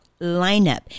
lineup